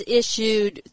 issued